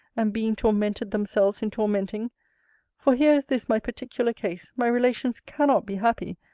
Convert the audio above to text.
and being tormented themselves in tormenting for here is this my particular case, my relations cannot be happy,